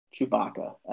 Chewbacca